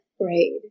grade